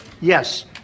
Yes